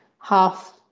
half